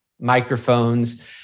microphones